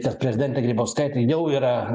kad prezidentė grybauskaitė jau yra